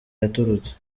yaturutse